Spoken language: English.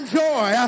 joy